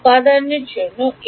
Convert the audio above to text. উপাদান জন্য a